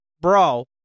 bro